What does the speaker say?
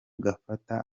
gafata